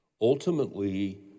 ultimately